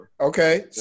okay